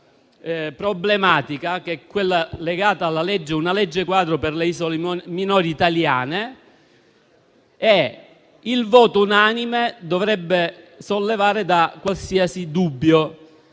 problematica, quella legata alla legge quadro per le isole minori italiane, e il voto unanime dovrebbe sollevare da qualsiasi dubbio.